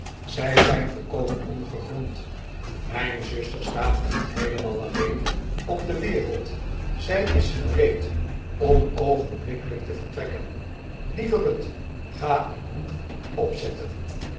zij zijn volkomen ongegrond mijn zuster staat niet heelemaal alleen op de wereld zij is gereed om oogenblikkelijk te vertrekken lieve ruth ga uw hoed opzetten